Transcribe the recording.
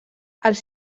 els